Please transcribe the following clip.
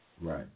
Right